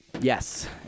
Yes